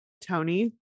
Tony